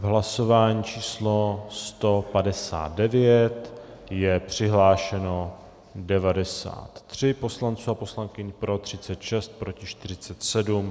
V hlasování číslo 159 je přihlášeno 93 poslanců a poslankyň, pro 36, proti 47.